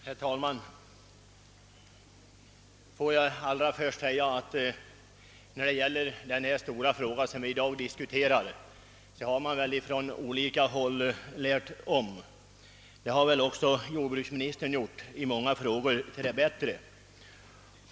Herr talman! Allra först vill jag säga att man på olika håll lärt om beträffan de den stora fråga som vi i dag diskuterar. I många avseenden har även jordbruksministern gjort ändringar till det bättre.